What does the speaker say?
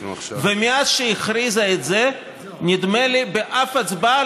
ומאז שהכריזה את זה נדמה לי שבאף הצבעה